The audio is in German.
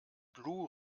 blu